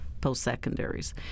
post-secondaries